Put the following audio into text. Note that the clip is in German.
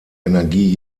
energie